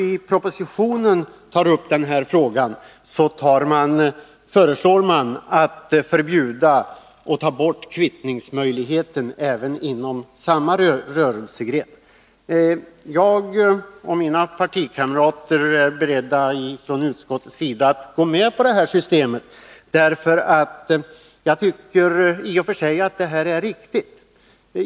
I propositionen föreslås nu att kvittningsmöjligheten tas bort även inom samma rörelsegren. Jag och mina partikamrater i utskottet är beredda att gå med på det systemet, eftersom jag tycker att det i och för sig är riktigt.